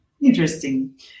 Interesting